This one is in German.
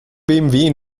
bmw